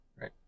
Right